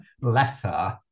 letter